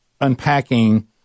unpacking